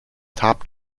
top